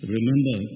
Remember